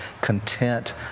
content